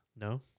No